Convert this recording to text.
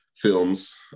films